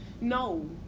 No